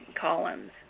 columns